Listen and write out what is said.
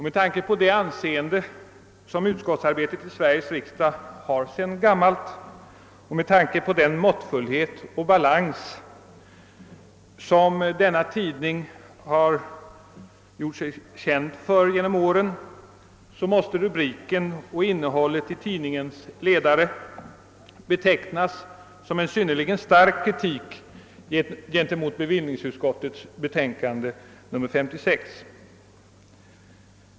Med tanke på det anseende som utskottsarbetet i Sveriges riksdag sedan gammalt har och med tanke på den måttfullhet och balans som den aktuella tidningen gjort sig känd för genom åren, måste rubriken och innehållet i tidningens ledare betecknas som en synnerligen stark kritik mot bevillningsutskottets betänkande nr 56.